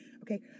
Okay